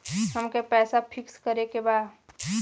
अमके पैसा फिक्स करे के बा?